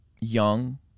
young